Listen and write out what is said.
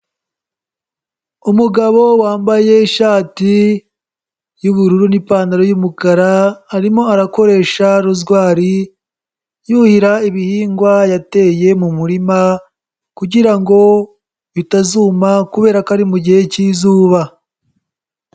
Umugabo wambaye ishati y'ubururu n'ipantaro y'umukara arimo arakoresha rozwari, yuhirira ibihingwa yateye mu murima kugira ngo bitazuma kubera ko ari mu gihe cy'izuba.